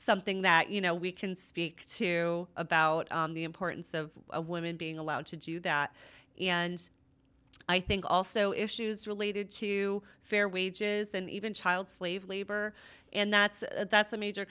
something that you know we can speak to about the importance of women being allowed to do that and i think also issues related to fair wages and even child slave labor and that's that's a major